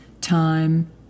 time